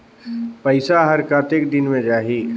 पइसा हर कतेक दिन मे जाही?